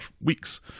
weeks